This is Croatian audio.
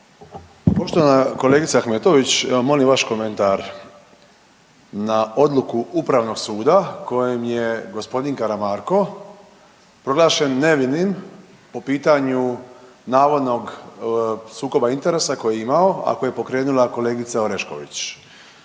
Poštovana kolegice Ahmetović evo molim vaš komentar na odluku Upravnog suda kojom je gospodin Karamarko proglašen nevinim po pitanju navodnog sukoba interesa koji je imao, a koji je pokrenula kolegica Orešković.